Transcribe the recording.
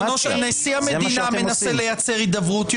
לא הידברות.